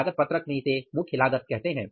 लागत पत्रक में इसे मुख्य लागत कहते हैं